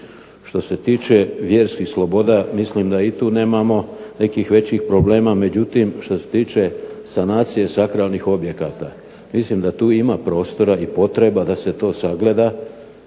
Što se tiče vjerskih sloboda mislim da i tu nemamo nekih većih problema. Međutim, što se tiče sanacije sakralnih objekata mislim da tu ima prostora i potreba da se to sagleda